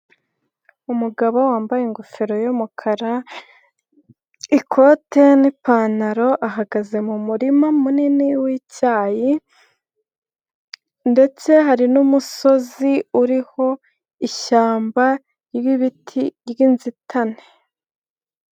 Umugabo wambaye ingofero y'umukara, ikote n'ipantaro ahagaze mu murima munini w'icyayi ndetse hari n'umusozi uriho ishyamba ry'ibiti ry'inzitane.